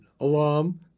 alarm